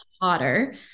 hotter